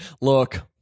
Look